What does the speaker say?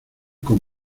con